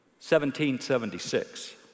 1776